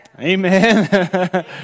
Amen